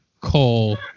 Cole